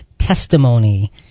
testimony